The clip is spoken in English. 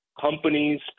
Companies